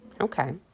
Okay